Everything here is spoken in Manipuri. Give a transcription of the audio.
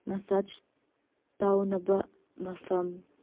ꯃꯥꯁꯥꯖ ꯇꯧꯅꯕ ꯃꯐꯝ